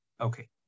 okay